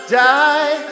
die